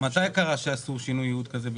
מתי קרה שעשו שינוי ייעוד כזה בכלא?